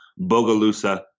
Bogalusa